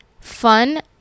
fun